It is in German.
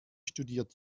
studiert